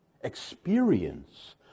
experience